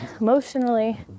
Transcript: emotionally